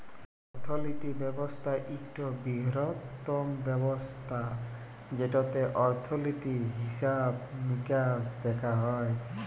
অর্থলিতি ব্যবস্থা ইকট বিরহত্তম ব্যবস্থা যেটতে অর্থলিতি, হিসাব মিকাস দ্যাখা হয়